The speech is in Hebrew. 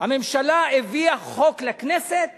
הממשלה הביאה חוק לכנסת